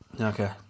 Okay